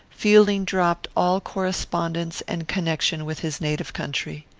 fielding dropped all correspondence and connection with his native country.